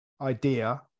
idea